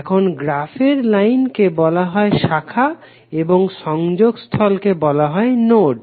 এখন গ্রাফের লাইনকে বলা হয় শাখা এবং সংযোগস্থলকে বলা হয় নোড